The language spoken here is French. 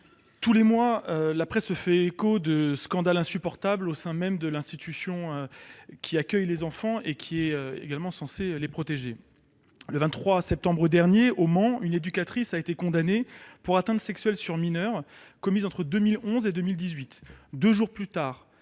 Tous les mois, la presse se fait l'écho de scandales insupportables au sein même des institutions qui accueillent des enfants et qui ont aussi pour mission de les protéger. Ainsi, le 23 septembre dernier, au Mans, une éducatrice a été condamnée pour des atteintes sexuelles sur mineurs commises entre 2011 et 2018. Deux jours plus tard,